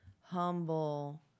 humble